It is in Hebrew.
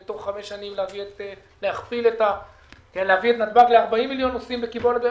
תוך חמש שנים להביא את נתב"ג ל-40 מיליון נוסעים בקיבולת.